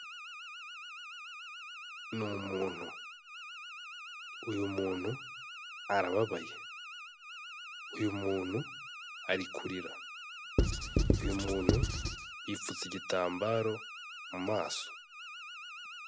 Ni umuntu, uyu muntu arababaye, uyu muntu ari kurira, uyu muntu yipfutse igitambaro mu maso.